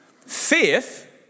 Faith